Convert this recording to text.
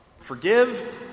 Forgive